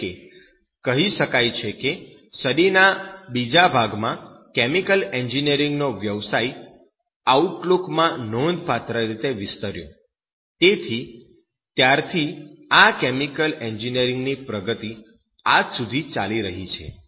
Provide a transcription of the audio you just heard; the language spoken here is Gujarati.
એટલે કહી શકાય છે કે સદીના બીજા ભાગમાં કેમિકલ એન્જિનિયરિંગનો વ્યવસાય આઉટલુક માં નોંધપાત્ર રીતે વિસ્તર્યો તેથી ત્યારથી આ કેમિકલ એન્જિનિયરિંગની પ્રગતિ આજ સુધી ચાલુ રહી છે